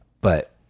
but-